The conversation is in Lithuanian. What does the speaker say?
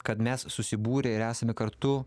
kad mes susibūrę ir esame kartu